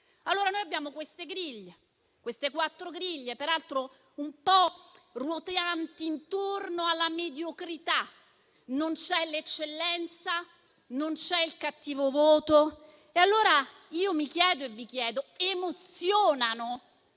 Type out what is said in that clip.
Allora noi abbiamo queste quattro griglie, peraltro roteanti intorno alla mediocrità. Non c'è l'eccellenza e non c'è il cattivo voto. E allora io mi chiedo e vi chiedo: emozionano